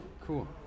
cool